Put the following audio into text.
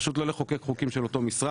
פשוט לא נחוקק חוקים של אותו משרד.